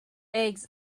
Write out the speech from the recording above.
eggs